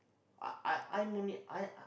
I I I only I